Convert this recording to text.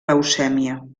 leucèmia